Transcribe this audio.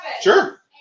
sure